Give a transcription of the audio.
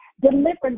Deliverance